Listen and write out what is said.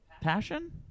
Passion